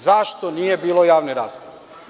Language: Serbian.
Zašto nije bilo javne rasprave?